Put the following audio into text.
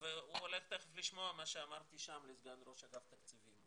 הוא הולך תיכף לשמוע מה שאמרתי שם לסגן ראש אגף התקציבים.